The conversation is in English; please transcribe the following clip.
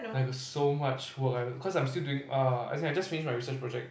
I got so much work I cause I'm still doing uh as in I just finished my research project